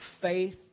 Faith